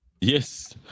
Yes